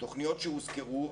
תוכניות שהוזכרו,